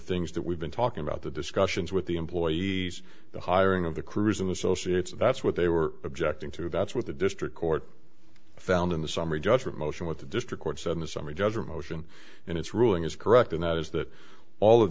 things that we've been talking about the discussions with the employees the hiring of the crews and associates that's what they were objecting to that's what the district court found in the summary judgment motion with the district court said the summary judgment motion and its ruling is correct and that is that all of